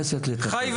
היום